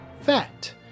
Fat